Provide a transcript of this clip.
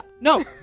no